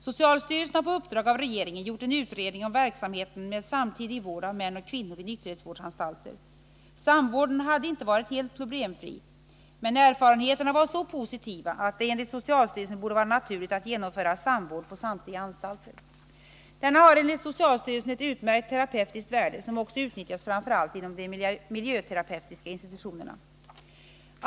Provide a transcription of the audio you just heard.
Socialstyrelsen har på uppdrag av regeringen gjort en utredning om verksamheten med samtidig vård av män och kvinnor vid nykterhetsvårdsanstalter. Samvården hade inte varit helt problemfri, men erfarenheterna var så positiva att det enligt socialstyrelsen borde vara naturligt att genomföra samvård på samtliga anstalter. Denna har enligt socialstyrelsen ett utmärkt terapeutiskt värde som också utnyttjas framför allt inom de miljöterapeutiska institutionerna.